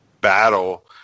battle